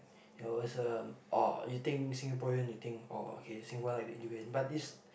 no it's um orh you think Singaporean you think orh okay Singaporean like to eat durian but it's